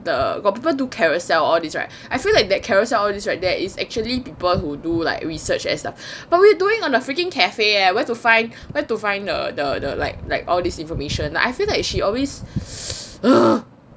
the got people do carousell all these right I feel like that carousell all these right there is actually people who do like research as well but we're doing on a freaking cafe eh where to find where to find the the like like all these information I feel like she always